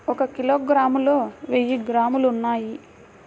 ఒక కిలోగ్రామ్ లో వెయ్యి గ్రాములు ఉన్నాయి